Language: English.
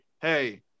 hey